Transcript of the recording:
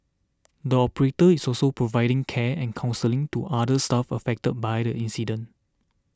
the operator is also providing care and counselling to other staff affected by the incident